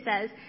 says